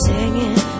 Singing